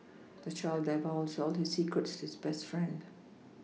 the child divulged all his secrets to his best friend